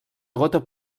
gota